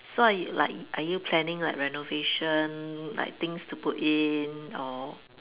so are you like are you planning like renovation like things to put in or